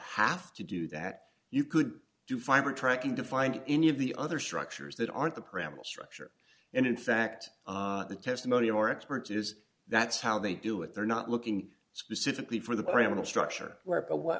have to do that you could do five or tracking to find any of the other structures that aren't the preamble structure and in fact the testimony or experts is that's how they do it they're not looking specifically for the pyramidal structure where a wh